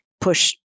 push